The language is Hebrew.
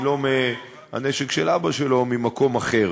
אם לא מהנשק של אבא שלו אז ממקום אחר.